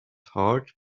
heart